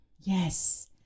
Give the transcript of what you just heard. Yes